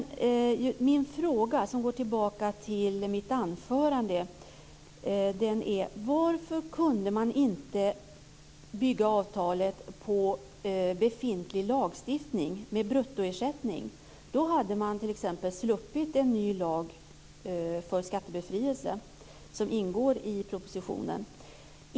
Min fråga, som går tillbaka till mitt anförande, är: Varför kunde man inte bygga avtalet på befintlig lagstiftning med bruttoersättning? Då hade man t.ex. sluppit en ny lag för skattebefrielse, som ingår i propositionen.